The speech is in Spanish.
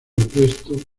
presto